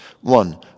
One